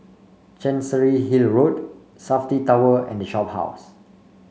Chancery Hill Road Safti Tower and Shophouse